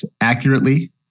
accurately